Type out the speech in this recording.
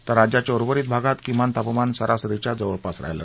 तर राज्याच्या उर्वरित भागात किमान तापमान सरासरीच्या जवळपास राहीलं